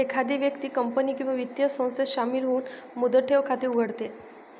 एखादी व्यक्ती कंपनी किंवा वित्तीय संस्थेत शामिल होऊन मुदत ठेव खाते उघडते